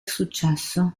successo